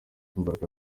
imbaraga